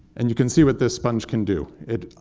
and you can see what this sponge can do. it,